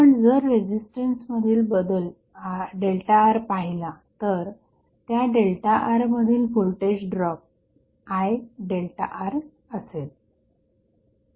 आपण जर रेझिस्टन्स मधील बदल ΔR पाहिला तर त्या ΔR मधील व्होल्टेज ड्रॉप IΔR असेल